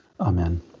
amen